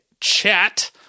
chat